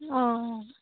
অঁ